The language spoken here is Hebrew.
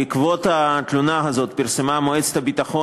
בעקבות התלונה הזאת פרסמה מועצת הביטחון